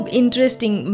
interesting